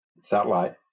satellite